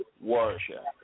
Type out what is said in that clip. worship